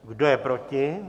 Kdo je proti?